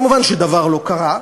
מובן שדבר לא קרה.